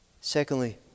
Secondly